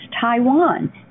Taiwan